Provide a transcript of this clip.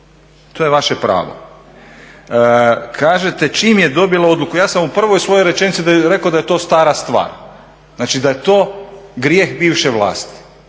To je vaše pravo. Kažete čim je dobilo odluku, ja sam u prvoj svojoj rečenici rekao da je to stara stvar. Znači, da je to grijeh bivše vlasti.